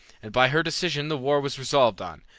and by her decision the war was resolved on,